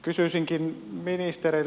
kysyisinkin ministeriltä